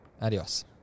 Adios